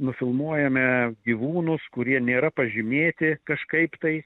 nufilmuojame gyvūnus kurie nėra pažymėti kažkaip tai